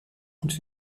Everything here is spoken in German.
und